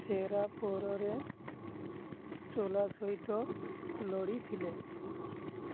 ଚେରା ପୋରରେ ଚୋଲା ସହିତ ଲଢ଼ିଥିଲେ